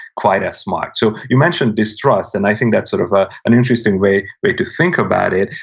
quite as much. so, you mentioned distrust, and i think that's sort of ah an interesting way way to think about it,